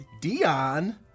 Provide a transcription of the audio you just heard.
Dion